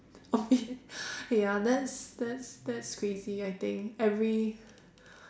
okay ya that's that's that's crazy I think every